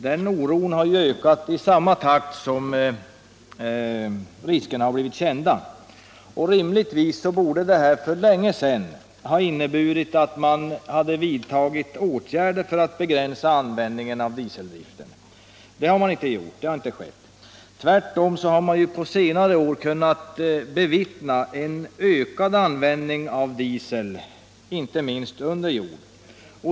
Den oron har ökat I samma takt som riskerna har blivit kända. Rimligen borde detta för länge sedan ha inneburit att man hade vidtagit åtgärder för att begränsa användningen av dieseldriften. Men det har inte skett. Tvärtom har man på senare år kunnat bevittna en ökad användning av diesel, inte minst under jord.